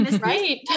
right